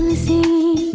c